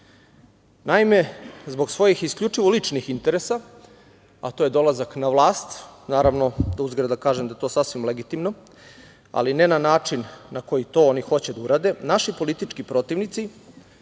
izašli. Naime, zbog svojih isključivo ličnih interesa, a to je dolazak na vlast, naravno, uzgred da kažem da je to sasvim legitimno, ali ne na način na koji to oni hoće da urade, naši politički protivnici